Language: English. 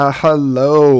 hello